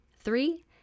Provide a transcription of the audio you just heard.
Three